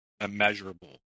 immeasurable